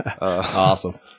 Awesome